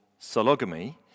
sologamy